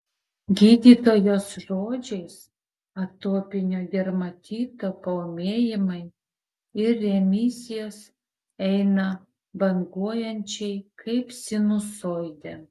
gydytojos žodžiais atopinio dermatito paūmėjimai ir remisijos eina banguojančiai kaip sinusoidė